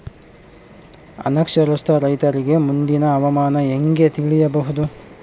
ಅನಕ್ಷರಸ್ಥ ರೈತರಿಗೆ ಮುಂದಿನ ಹವಾಮಾನ ಹೆಂಗೆ ತಿಳಿಯಬಹುದು?